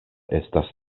estas